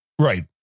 Right